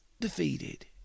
defeated